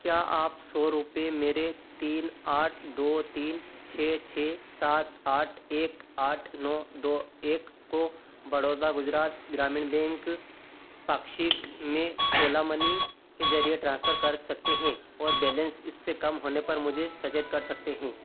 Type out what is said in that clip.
क्या आप सौ रुपये मेरे तीन आठ दो तीन छः छः सात आठ एक आठ नौ दो एक को बड़ौदा गुजरात ग्रामीण बैंक पाक्षिक में ओला मनी के ज़रिये ट्रांसफर कर सकते हैं और बैलेंस इससे कम होने पर मुझे सचेत कर सकते हैं